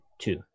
Two